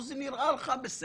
או שמא זה נראה לך בסדר,